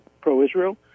pro-Israel